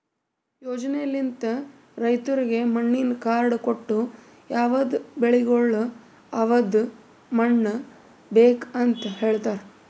ಯೋಜನೆಲಿಂತ್ ರೈತುರಿಗ್ ಮಣ್ಣಿನ ಕಾರ್ಡ್ ಕೊಟ್ಟು ಯವದ್ ಬೆಳಿಗೊಳಿಗ್ ಯವದ್ ಮಣ್ಣ ಬೇಕ್ ಅಂತ್ ಹೇಳತಾರ್